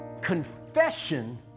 Confession